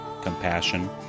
compassion